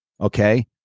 okay